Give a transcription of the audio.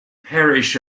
parish